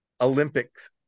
Olympics